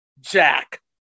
jack